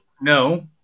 no